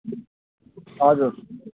हजुर